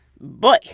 boy